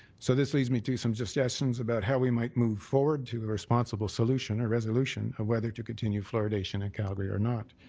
so this leads me to some suggestions about how we might move forward to a responsible solution or resolution of whether to continue fluoridation of calgary or not.